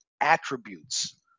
attributes